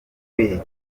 week